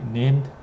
named